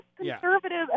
conservative